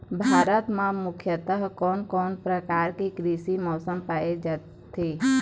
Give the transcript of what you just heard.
भारत म मुख्यतः कोन कौन प्रकार के कृषि मौसम पाए जाथे?